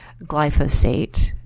glyphosate